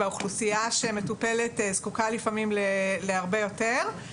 והאוכלוסיה שמטופלת זקוקה לפעמים להרבה יותר.